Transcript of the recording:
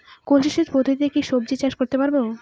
কলসি সেচ পদ্ধতিতে কি সবজি চাষ করতে পারব?